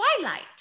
twilight